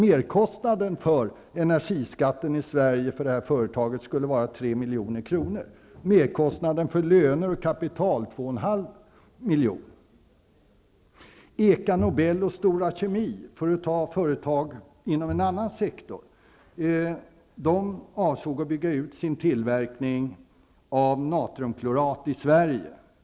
Eka Nobel och Stora Kemi, för att ta företag inom en annan sektor, avsåg att bygga ut sin tillverkning av natriumklorat i Sverige.